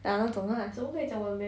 ah 那种 lah